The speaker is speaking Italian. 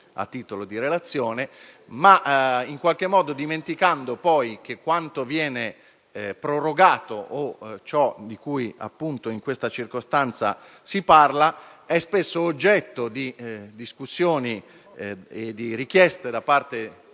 a titolo di relazione, dimenticando che quanto viene prorogato, o ciò di cui in questa circostanza si parla, è spesso oggetto di discussioni e di richieste da parte